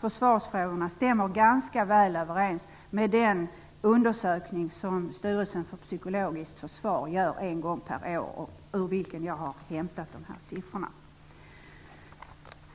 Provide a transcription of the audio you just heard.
försvarsfrågorna stämmer ganska väl överens med den undersökning som Styrelsen för psykologiskt försvar gör en gång per år, ur vilken jag har hämtat dessa siffror.